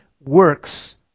works